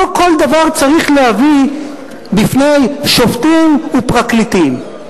לא כל דבר צריך להביא בפני שופטים ופרקליטים.